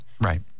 Right